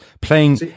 playing